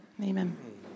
Amen